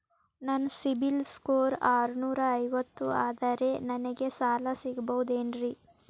ನನ್ನ CIBIL score ಆರನೂರ ಐವತ್ತು ಅದರೇ ನನಗೆ ಸಾಲ ಸಿಗಬಹುದೇನ್ರಿ?